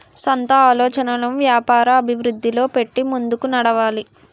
సొంత ఆలోచనలను వ్యాపార అభివృద్ధిలో పెట్టి ముందుకు నడవాలి